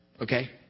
Okay